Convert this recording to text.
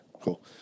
cool